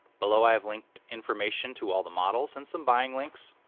below i have linked information to all the models, and some buying links.